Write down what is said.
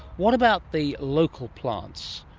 what about the local plants?